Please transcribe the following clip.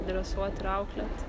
dresuot ir auklėt